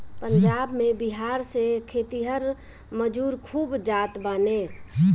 पंजाब में बिहार से खेतिहर मजूर खूब जात बाने